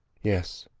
yes.